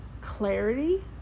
clarity